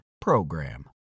PROGRAM